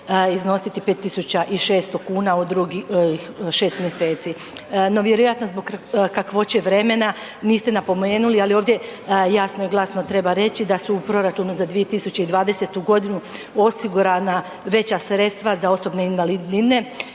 iznositi 5.600,00 kn u drugih 6. mjeseci. No vjerojatno zbog kakvoće vremena niste napomenuli, ali ovdje jasno i glasno treba reći da su u proračunu za 2020.g. osigurana veća sredstva za osobne invalidnine